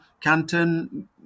Canton